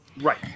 Right